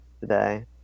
today